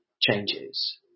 changes